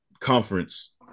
conference